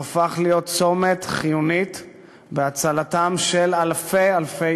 הוא הפך להיות צומת חיוני בהצלתם של אלפי-אלפי